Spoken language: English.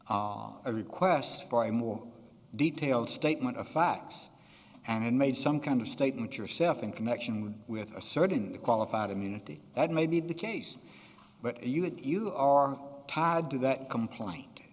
a request for a more detailed statement of fact and made some kind of statement yourself in connection with a certain qualified immunity that may be the case but you didn't you are tied to that complaint